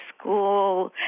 school